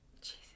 Jesus